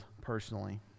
personally